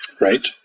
Right